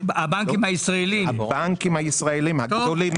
הבנקים הישראליים, הגדולים